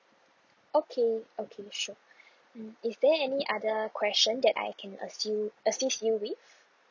okay okay sure mm is there any other question that I can ask you assist you with